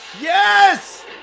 Yes